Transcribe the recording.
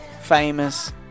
Famous